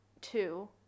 two